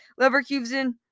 Leverkusen